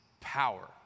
power